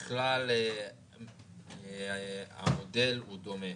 ככלל, המודל הוא דומה.